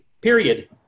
Period